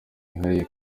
wihariye